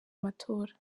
matora